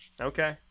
Okay